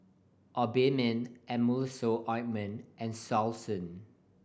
Obimin Emulsying Ointment and Selsun